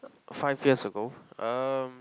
five years ago